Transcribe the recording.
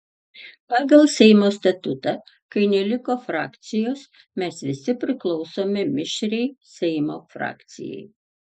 pagal seimo statutą kai neliko frakcijos mes visi priklausome mišriai seimo frakcijai